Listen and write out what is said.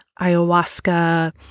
ayahuasca